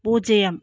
பூஜ்ஜியம்